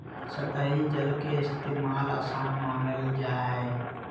सतही जल के इस्तेमाल, आसान मानल जा हय